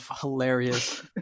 hilarious